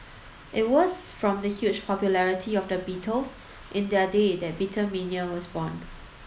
it was from the huge popularity of the Beatles in their day that Beatlemania was born